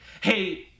Hey